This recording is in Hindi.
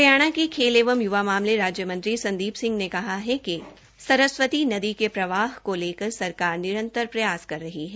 हरियाणा के खेल एवं य्वा मामले राज्यमंत्री संदीप सिंह ने कहा है कि सरस्वती नदी के प्रवाह को लेकर सरकार निरंतर प्रयास कर रही है